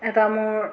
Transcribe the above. এটা মোৰ